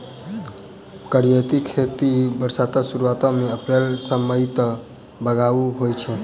करियौती खेती बरसातक सुरुआत मे अप्रैल सँ मई तक बाउग होइ छै